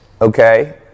okay